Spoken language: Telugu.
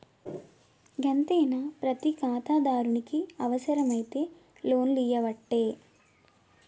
గంతేనా, ప్రతి ఖాతాదారునికి అవుసరమైతే లోన్లియ్యవట్టే